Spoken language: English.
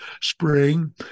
spring